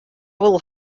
will